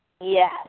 Yes